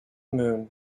moon